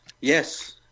yes